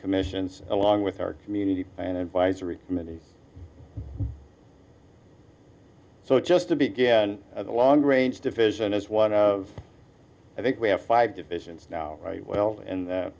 commissions along with our community and advisory committee so just to begin the long range division is one of i think we have five divisions now well in th